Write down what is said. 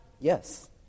Yes